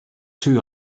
two